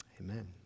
amen